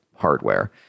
hardware